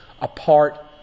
apart